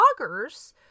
bloggers